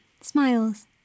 smiles